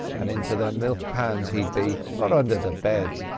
an' into the milk pans he'd be, or under the beds,